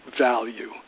value